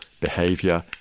behavior